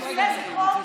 בשביל איזה חוק?